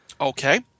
Okay